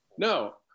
No